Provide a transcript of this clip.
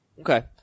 Okay